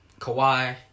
Kawhi